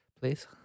please